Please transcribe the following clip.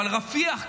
אבל רפיח,